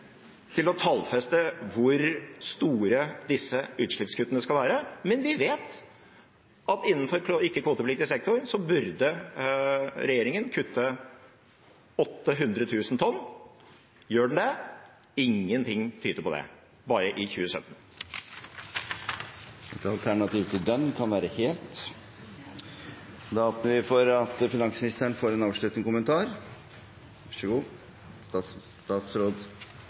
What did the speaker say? til å tallfeste hvor store disse utslippskuttene skal være. Men vi vet at innenfor ikke-kvotepliktig sektor burde regjeringen kutte 800 000 tonn. Gjør den det? Ingenting tyder på det bare i 2017. Et alternativ til «dønn» kan være «helt». Da åpner vi for at finansministeren får en avsluttende kommentar.